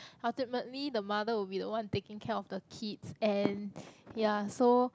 ultimately the mother will be the one taking care of the kids and ya so